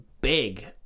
big